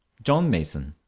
john mason.